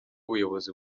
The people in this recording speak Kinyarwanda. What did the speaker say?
ubuyobozi